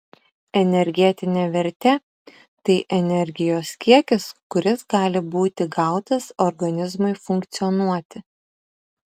energetinė vertė tai energijos kiekis kuris gali būti gautas organizmui funkcionuoti